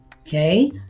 okay